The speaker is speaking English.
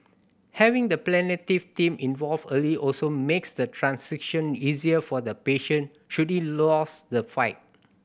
having the palliative team involved early also makes the transition easier for the patient should he lose the fight